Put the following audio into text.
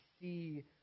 see